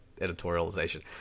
editorialization